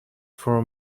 for